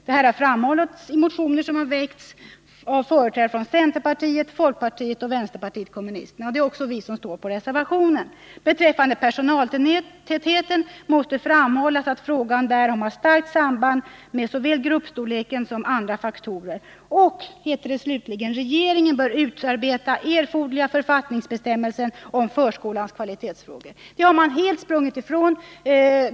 Detta har framhållits i motioner som har väckts av företrädare för centerpartiet, folkpartiet och vänsterpartiet kommunisterna. Det är också vi som står för reservationen. Frågan om personaltätheten har starkt samband med såväl gruppstorleken som andra faktorer och, heter det slutligen, regeringen bör utarbeta erforderliga författningsbestämmelser om förskolans kvalitetsfrågor. Ja, detta har man helt sprungit ifrån.